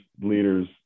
leaders